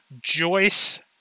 Joyce